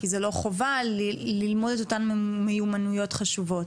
כי זה לא חובה ללמוד את אותן מיומנויות חשובות?